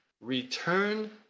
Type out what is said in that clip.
Return